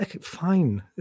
fine